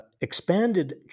expanded